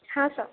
हां सर